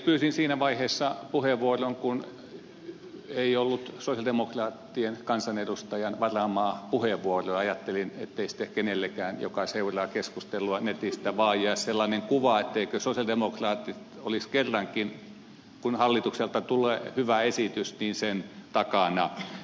pyysin siinä vaiheessa puheenvuoron kun ei ollut sosialidemokraattien kansanedustajan varaamaa puheenvuoroa ja ajattelin ettei sitten kenellekään joka seuraa keskustelua netistä vaan jää sellainen kuva etteivätkö sosialidemokraatit olisi kerrankin kun hallitukselta tulee hyvä esitys sen takana